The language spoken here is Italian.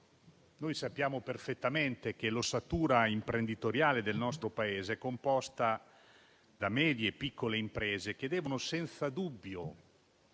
Noi sappiamo perfettamente che l'ossatura imprenditoriale del nostro Paese è composta da medie e piccole imprese, che devono senza dubbio